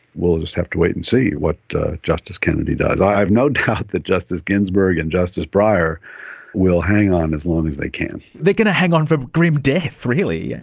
we'll just have to wait and see what justice kennedy does. i have no doubt that justice ginsburg and justice breyer will hang on as long as they can. they're going to hang on for grim death really,